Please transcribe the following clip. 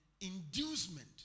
inducement